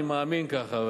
אני מאמין כך,